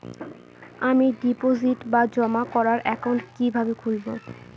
আমি ডিপোজিট বা জমা করার একাউন্ট কি কিভাবে খুলবো?